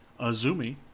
Azumi